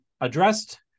addressed